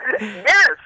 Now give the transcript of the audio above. Yes